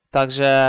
Także